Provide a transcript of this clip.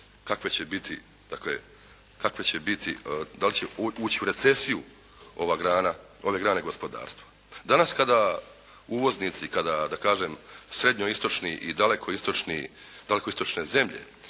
kakve će biti, dakle kakve će biti, da li će ući u recesiju ove grane gospodarstva. Danas kada uvoznici, kada da kažem srednjoistočni i daleko istočne zemlje